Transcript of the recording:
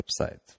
website